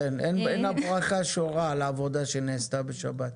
אין הברכה שורה על עבודה שנעשתה בשבת.